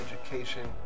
education